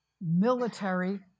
military